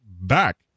back